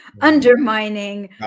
undermining